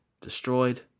destroyed